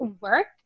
work